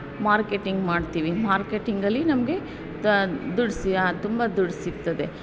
marketing ಮಾಡ್ತೀವಿ ಮಾರ್ಕೆಟಿಂಗಲ್ಲಿ ನಮಗೆ ದುಡ್ಡು ತುಂಬ ದುಡ್ಡು ಸಿಕ್ತದೆ